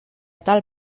tal